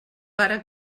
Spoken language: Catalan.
pare